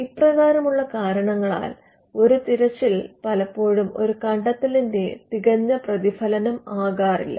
ഇപ്രകാരമുള്ള കരണങ്ങളാൽ ഒരു തിരച്ചിൽ പലപ്പോഴും ഒരു കണ്ടെത്തലിന്റെ തികഞ്ഞ പ്രതിഫലനമാകാറില്ല